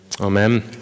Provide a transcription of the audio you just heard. amen